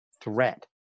threat